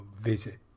visit